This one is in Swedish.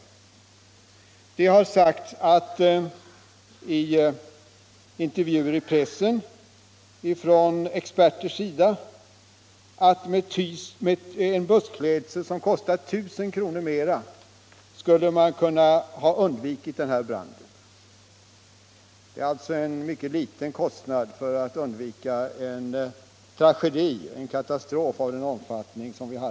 Experter har i tidningsintervjuer sagt att man med en bussklädsel som kostar 1000 kr. mera än en vanlig klädsel skulle ha kunnat undvika denna brand. Det är alltså en mycket liten kostnad för att undvika en katastrof av den här omfattningen.